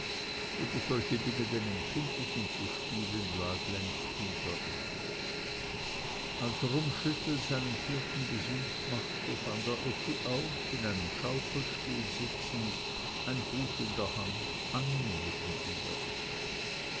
über solche dinge den empfindlichen zu spielen lag längst hinter ihm als rummschüttel seinen vierten besuch machte fand er effi auf in einem schaukelstuhl sitzend ein buch in der hand annie neben ihr